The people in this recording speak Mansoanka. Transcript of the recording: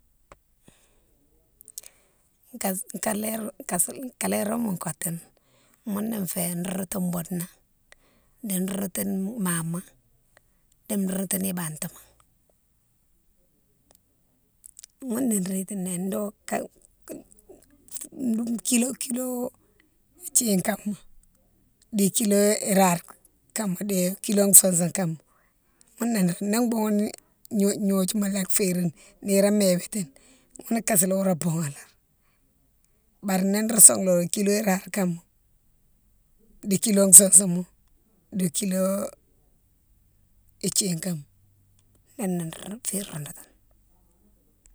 kaléraghounne kotouni mounne fé roudoutou boude na, di roudoutou mama, di roudoutou bantima. ghounné rétiné do ka kilo thiene kama di kilo rare kama di kilo sousoune kama mounné di boughounne gnodiouma lé férine, niroma witine mounne kasiloré boughane bare di nro sone lo kilo rare kama, di kilo sousoune ma, diko thiene kama ghounné di rou, fé roudoutou.